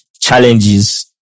challenges